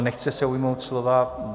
Nechce se ujmout slova.